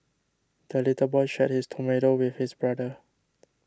the little boy shared his tomato with his brother